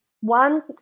one